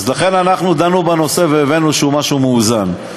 אז לכן דנו בנושא והבאנו איזה משהו מאוזן.